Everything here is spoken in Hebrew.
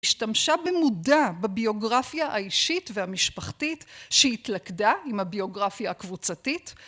השתמשה במודע בביוגרפיה האישית והמשפחתית, שהתלכדה עם הביוגרפיה הקבוצתית